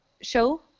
show